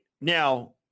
now